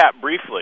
briefly